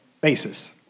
basis